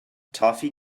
toffee